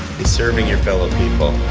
is serving your fellow people.